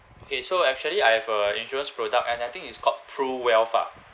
okay so actually I have a insurance product and I think it's called pru wealth ah